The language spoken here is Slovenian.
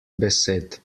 besed